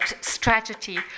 strategy